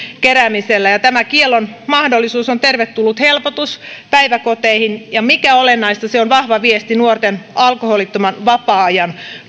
keräämisellä ja tämä kiellon mahdollisuus on tervetullut helpotus päiväkoteihin ja mikä olennaista se on vahva viesti nuorten alkoholittoman vapaa ajan